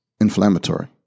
inflammatory